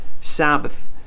Sabbath